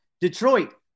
Detroit